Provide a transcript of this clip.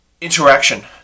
interaction